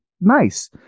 nice